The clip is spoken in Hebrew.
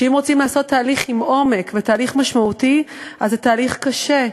ואם רוצים לעשות תהליך עם עומק ותהליך משמעותי אז זה תהליך קשה,